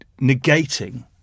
negating